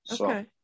Okay